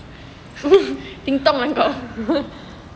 ding dong lah kau